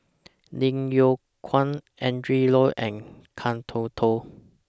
Lim Yew Kuan Adrin Loi and Kan Toh Toh